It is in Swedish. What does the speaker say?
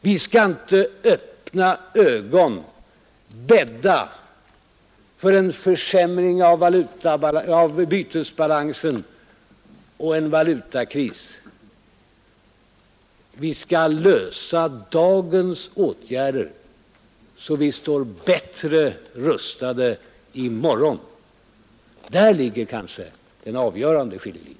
Vi skall inte med öppna ögon bädda för en försämring av bytesbalansen och för en valutakris, Vi skall lösa frågan om dagens åtgärder så att vi står bättre rustade i morgon, Där ligger kanske den avgörande skiljelinjen.